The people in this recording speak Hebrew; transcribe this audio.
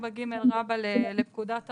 44ג(א) לפקודת הרופאים.